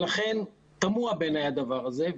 ולכן, תמוה בעיניי הדבר הזה.